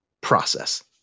process